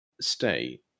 stay